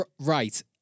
Right